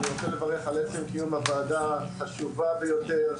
אני רוצה לברך על עצם קיום הוועדה החשובה ביותר,